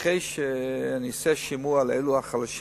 אחרי שאני אעשה שימוע לאלו החלשים,